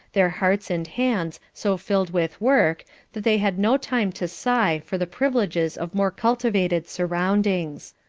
their hearts and hands so filled with work that they had no time to sigh for the privileges of more cultivated surroundings.